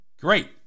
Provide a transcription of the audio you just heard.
great